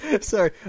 Sorry